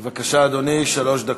בבקשה, אדוני, שלוש דקות.